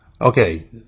Okay